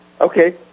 Okay